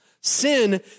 Sin